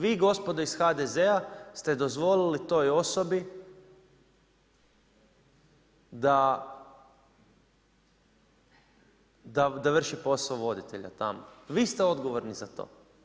Vi gospodo iz HDZ-a ste dozvolili toj osobi da vrši posao voditelja tamo, vi ste odgovorni za to.